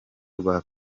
rwa